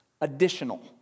additional